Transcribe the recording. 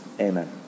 amen